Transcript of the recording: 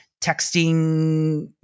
texting